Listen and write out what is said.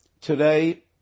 Today